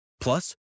Plus